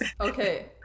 Okay